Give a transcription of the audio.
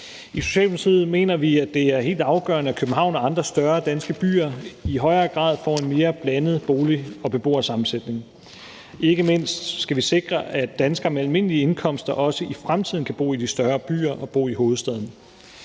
I Socialdemokratiet mener vi, at det er helt afgørende, at København og andre større danske byer i højere grad får en mere blandet bolig- og beboersammensætning. Ikke mindst skal vi sikre, at danskere med almindelige indkomster også i fremtiden kan bo i de større byer og bo i hovedstaden.